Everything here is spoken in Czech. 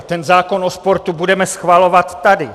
Ten zákon o sportu budeme schvalovat tady.